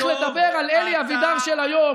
הרי אם אלי אבידר היה צריך לדבר על אלי אבידר של היום,